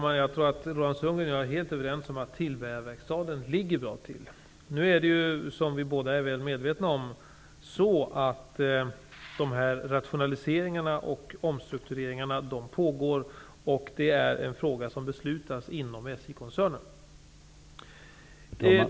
Herr talman! Roland Sundgren och jag kan vara helt överens om att Tillbergaverkstaden ligger bra till. Som vi båda är väl medvetna om pågår nu rationaliseringar och omstruktureringar. Det är en fråga som beslutats inom SJ-koncernen.